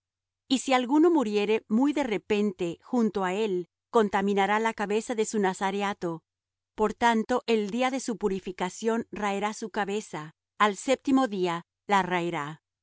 y si alguno muriere muy de repente junto á el contaminará la cabeza de su nazareato por tanto el día de su purificacíon raerá su cabeza al séptimo día la raerá y